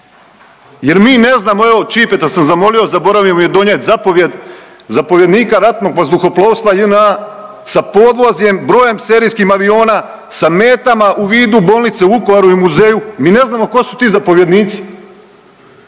Jer mi ne znamo evo Čipeta sam zamolio, zaboravio mi je donijeti zapovijed zapovjednika ratnog vazduhoplovstva JNA sa podvozjem, brojem serijskih aviona, sa metama u vidu bolnice u Vukovaru i muzeju. Mi ne znamo tko su ti zapovjednici?